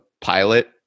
pilot